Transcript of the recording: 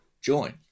join